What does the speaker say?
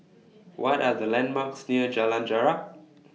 What Are The landmarks near Jalan Jarak